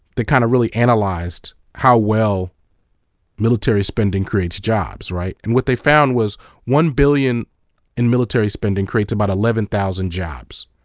that kind of really analyzed how well military spending creates jobs. and what they found was one billion in military spending creates about eleven thousand jobs.